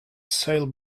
sale